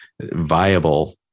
viable